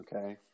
Okay